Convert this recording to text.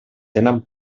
tenen